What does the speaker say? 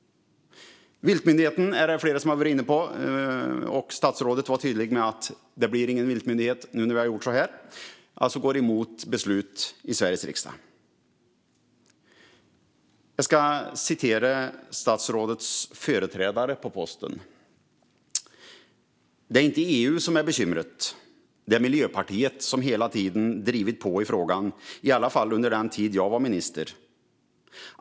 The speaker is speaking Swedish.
Viltmyndigheten är det flera som har varit inne på. Statsrådet var tydlig med att det inte blir någon viltmyndighet nu när man har gjort så här. Där går man alltså emot beslutet från Sveriges riksdag. Jag ska citera statsrådets företrädare på posten: "Det är inte EU som är bekymret. Det är Miljöpartiet som hela tiden drivit på i frågan, i alla fall under den tid jag var minister.